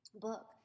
book